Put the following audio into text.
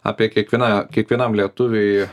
apie kiekvieną kiekvienam lietuviui